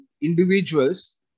individuals